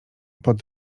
pod